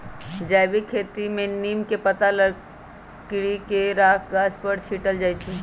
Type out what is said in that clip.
जैविक खेती में नीम के पत्ता, लकड़ी के राख गाछ पर छिट्ल जाइ छै